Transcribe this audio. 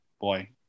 Boy